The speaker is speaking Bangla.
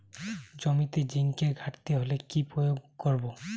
জমিতে জিঙ্কের ঘাটতি হলে কি প্রয়োগ করব?